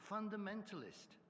Fundamentalist